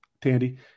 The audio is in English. Tandy